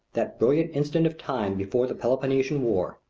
that brilliant instant of time before the peloponnesian war.